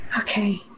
Okay